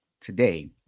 today